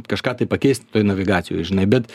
kažką tai pakeist toj navigacijoj žinai bet